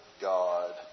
God